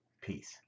peace